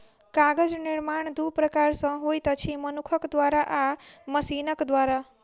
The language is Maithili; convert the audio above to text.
कागज निर्माण दू प्रकार सॅ होइत अछि, मनुखक द्वारा आ मशीनक द्वारा